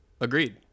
Agreed